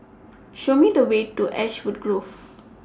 Show Me The Way to Ashwood Grove